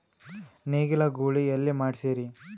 ನೇಗಿಲ ಗೂಳಿ ಎಲ್ಲಿ ಮಾಡಸೀರಿ?